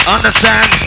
Understand